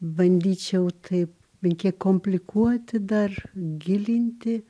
bandyčiau taip bent kiek komplikuoti dar gilinti